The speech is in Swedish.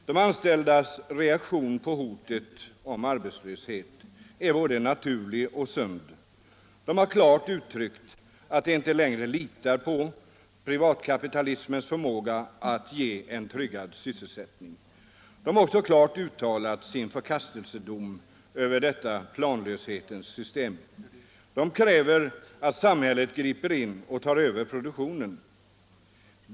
De anställdas reaktion på hotet om arbetslöshet är både naturlig och sund. De har klart uttryckt att de inte längre litar på privatkapitalismens förmåga att ge en tryggad sysselsättning. De har också klart uttalat sin förkastelsedom över detta planlöshetens system. De kräver att samhället griper in och tar över produktionen.